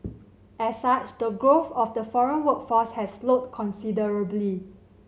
as such the growth of the foreign workforce has slowed considerably